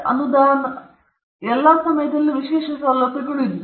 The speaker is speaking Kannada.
ಆದ್ದರಿಂದ ಎಲ್ಲಾ ಸಮಯದಲ್ಲೂ ವಿಶೇಷ ಸೌಲಭ್ಯಗಳು ಇದ್ದವು